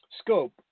scope